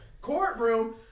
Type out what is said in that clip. courtroom